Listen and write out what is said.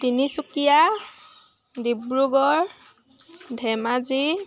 Tinsukia Dibrugarh Dhemaji